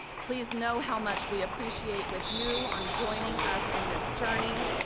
please know how much we appreciate with you on joining us in this journey.